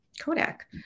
Kodak